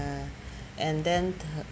and then